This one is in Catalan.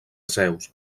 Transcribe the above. zeus